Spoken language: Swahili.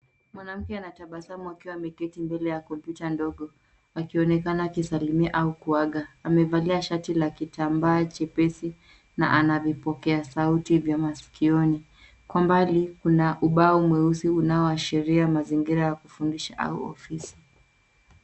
Mwanamke anatabasamu akiwa ameketi mbele ya kompyuta ndogo akionekana akisalimia au kuaga. Amevalia shati la kitambaa jepesi na ana vipokea sauti vya maskioni. Kwa mbali kuna ubao mwesui unaoashiria mazingira ya kufundisha au ofisi.